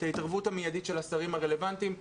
ההתערבות המיידית של השרים הרלוונטיים.